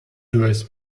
durch